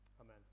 amen